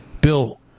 Bill